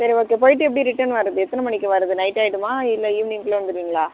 சரி ஓகே போயிவிட்டு எப்படி ரிட்டர்ன் வரது எத்தனை மணிக்கு வரது நைட் ஆயிடுமா இல்லை ஈவினிங்க்குள்ளே வந்துருவீங்களா